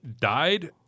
died